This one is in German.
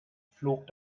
flog